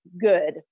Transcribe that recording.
good